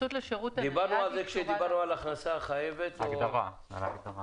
כשדיברנו על הכנסה חייבת, על ההגדרה.